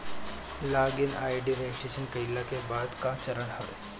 log in ID registration कईला के बाद कअ चरण हवे